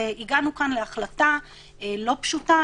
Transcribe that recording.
והגענו כאן להחלטה לא פשוטה.